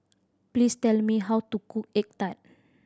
please tell me how to cook egg tart